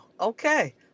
Okay